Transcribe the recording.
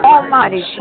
Almighty